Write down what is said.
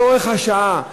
צורך השעה,